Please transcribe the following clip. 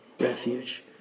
refuge